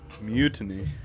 Mutiny